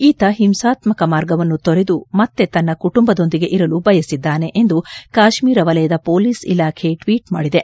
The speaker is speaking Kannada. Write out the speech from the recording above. ಈತ ಹಿಂಸಾತ್ಮಕ ಮಾರ್ಗವನ್ನು ತೊರೆದು ಮತ್ತೆ ತನ್ನ ಕುಟುಂಬದೊಂದಿಗೆ ಇರಲು ಬಯಸಿದ್ದಾನೆ ಎಂದು ಕಾಶ್ಮೀರ ವಲಯದ ಮೊಲೀಸ್ ಇಲಾಖೆ ಟ್ವೀಟ್ ಮಾಡಿದೆ